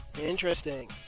Interesting